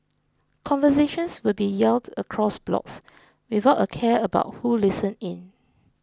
conversations would be yelled across blocks without a care about who listened in